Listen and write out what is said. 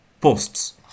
posts